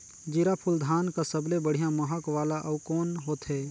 जीराफुल धान कस सबले बढ़िया महक वाला अउ कोन होथै?